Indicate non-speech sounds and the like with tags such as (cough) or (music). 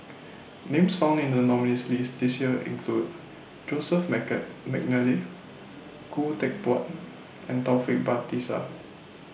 Names found in The nominees' list This Year include Joseph (unintelligible) Mcnally Khoo Teck Puat and Taufik Batisah